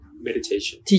meditation